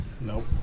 nope